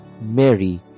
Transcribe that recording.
Mary